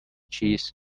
cheese